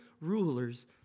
rulers